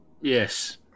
Yes